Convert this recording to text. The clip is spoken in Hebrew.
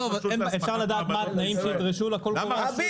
אפשר לדעת מה התנאים שתדרשו לקול קורא?